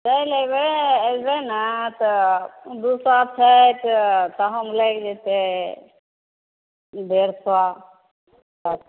चैलि अयबै अयबै ने तऽ दू सए छै तऽ तहन लागि जयतै डेढ़ सए